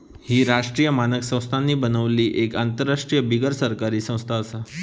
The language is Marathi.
ही राष्ट्रीय मानक संस्थांनी बनलली एक आंतरराष्ट्रीय बिगरसरकारी संस्था आसा